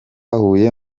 huye